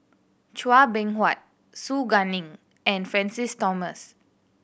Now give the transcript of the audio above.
Chua Beng Huat Su Guaning and Francis Thomas